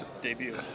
debut